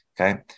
Okay